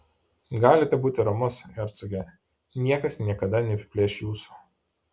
galite būti ramus hercoge niekas niekada neapiplėš jūsų